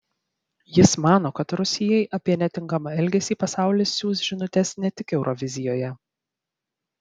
jis mano kad rusijai apie netinkamą elgesį pasaulis siųs žinutes ne tik eurovizijoje